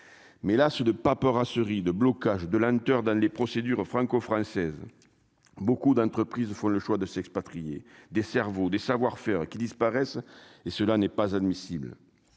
mais là ce de paperasserie de blocage de lenteurs dans les procédures franco-française, beaucoup d'entreprises font le choix de s'expatrier des cerveaux des savoir-faire qui disparaissent et cela n'est pas admissible